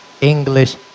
English